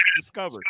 discovered